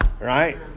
right